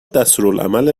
دستورالعمل